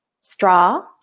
straw